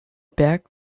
berg